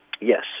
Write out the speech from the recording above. yes